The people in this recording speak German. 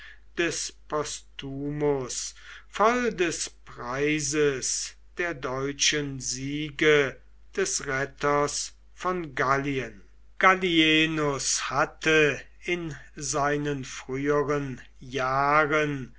des postumus voll des preises der deutschen siege des retters von gallien gallienus hatte in seinen früheren jahren